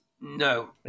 No